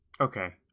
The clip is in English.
Okay